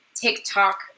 TikTok